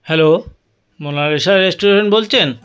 hello Monalisa restaurant বলছেন